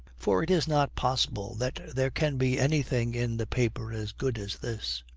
for it is not possible that there can be anything in the paper as good as this.